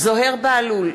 זוהיר בהלול,